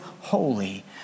holy